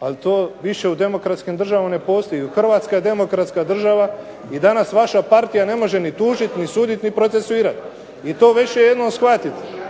ali to više u demokratskim državama ne postoji, Hrvatska je demokratska država i danas vaša partija ne može ni suditi, ni tužiti, ni procesuirati i to više jednom shvatite.